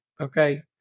okay